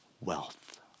wealth